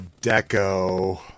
deco